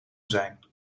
zijn